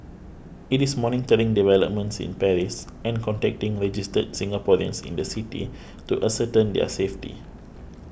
it is monitoring developments in Paris and contacting registered Singaporeans in the city to ascertain their safety